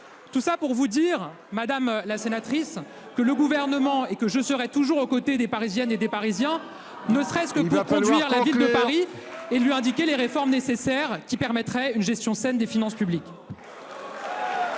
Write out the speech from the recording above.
Tout cela pour vous dire, madame la sénatrice, que le Gouvernement et moi-même serons toujours aux côtés des Parisiennes et des Parisiens ... Il va falloir conclure !... ne serait-ce que pour conduire la Ville de Paris et lui indiquer les réformes nécessaires qui permettraient une gestion saine des finances publiques.